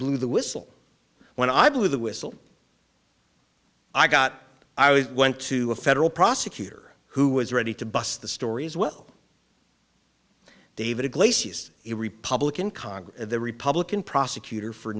blew the whistle when i blew the whistle i got i was went to a federal prosecutor who was ready to bust the stories well david iglesias a republican congress the republican prosecutor for